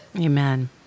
Amen